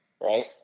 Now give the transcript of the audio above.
Right